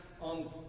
on